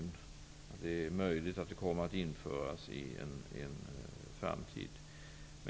Det är möjligt att sådana bestämmelser kommer att införas i en framtid.